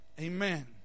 Amen